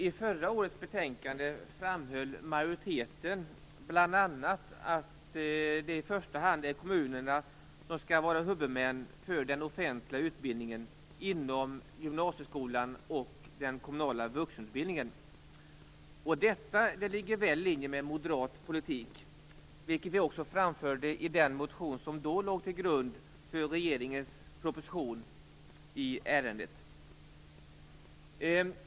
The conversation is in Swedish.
I förra årets betänkande framhöll majoriteten bl.a. att det i första hand är kommunerna som skall vara huvudmän för den offentliga utbildningen inom gymnasieskolan och den kommunala vuxenutbildningen. Detta ligger väl i linje med moderat politik, vilket vi också framförde i den motion som då låg till grund för regeringens proposition i ärendet.